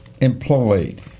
employed